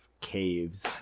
caves